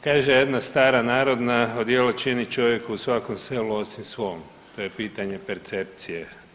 Kaže jedna stara narodna odijelo čini čovjeka u svakom selu osim svom, to je pitanje percepcije.